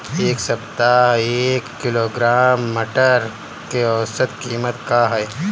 एक सप्ताह एक किलोग्राम मटर के औसत कीमत का ह?